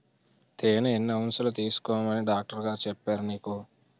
తేనె ఎన్ని ఔన్సులు తీసుకోమని డాక్టరుగారు చెప్పారు నీకు